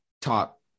top